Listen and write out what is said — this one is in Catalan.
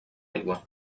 aigua